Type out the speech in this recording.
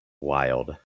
Wild